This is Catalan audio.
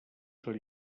són